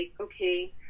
okay